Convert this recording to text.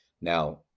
Now